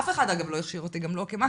אף אחד אגב, לא הכשיר אותי, גם לא כמ"כית,